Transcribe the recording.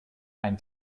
ein